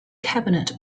cabinet